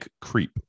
creep